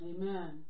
Amen